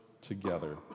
together